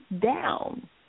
down